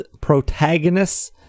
protagonists